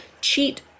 cheat